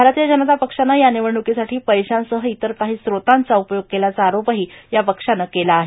भारतीय जनता पक्षानं या निवडणुकीसाठी पैशांसह इतर काही स्त्रोतांचा उपयोग केल्याचा आरोपही या पक्षानं केला आहे